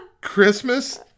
Christmas